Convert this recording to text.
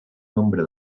nombre